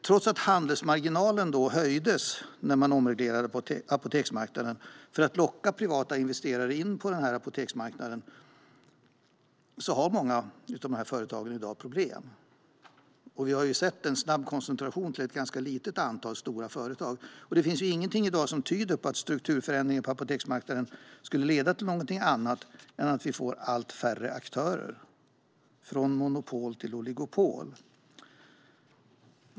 Trots att handelsmarginalen höjdes när man omreglerade apoteksmarknaden för att locka privata investerare in på apoteksmarknaden har många företag i dag problem, och vi har sett en snabb koncentration till ett litet antal stora företag. Det finns ingenting i dag som tyder på att strukturförändringarna på apoteksmarknaden skulle leda till någonting annat än att vi får allt färre aktörer - från monopol till oligopol.